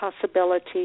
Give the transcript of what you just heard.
possibility